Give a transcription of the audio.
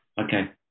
Okay